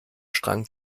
strang